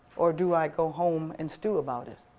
or do i go home and stew about it?